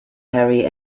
harry